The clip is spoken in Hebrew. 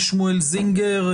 שמואל זינגר,